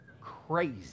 Crazy